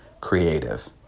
creative